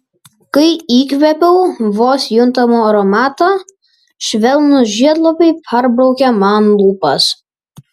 kai įkvėpiau vos juntamo aromato švelnūs žiedlapiai perbraukė man lūpas